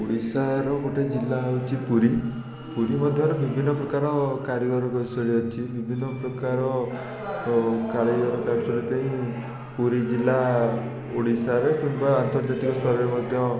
ଓଡ଼ିଶାର ଗୋଟେ ଜିଲ୍ଲା ହେଉଚି ପୁରୀ ପୁରୀ ମଧ୍ୟରେ ବିଭିନ୍ନପ୍ରକାର କାରିଗରୀ କୌଶଳି ଅଛି ବିଭିନ୍ନପ୍ରକାରର ଏବଂ କାରିଗରୀ କୌଶଳି ପାଇଁ ପୁରୀ ଜିଲ୍ଲା ଓଡ଼ିଶାରେ କିମ୍ବା ଆନ୍ତର୍ଜାତିକ ସ୍ତରରେ ମଧ୍ୟ